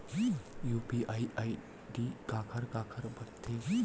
UPI ID काखर काखर बनथे?